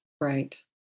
Right